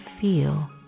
feel